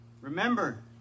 Remember